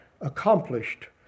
accomplished